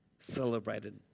celebrated